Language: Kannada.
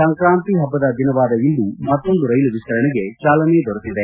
ಸಂಕ್ರಾಂತಿ ಹಬ್ಬದ ದಿನವಾದ ಇಂದು ಮತ್ತೊಂದು ರೈಲು ವಿಸ್ತರಣೆಗೆ ಚಾಲನೆ ದೊರೆತಿದೆ